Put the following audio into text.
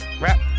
rap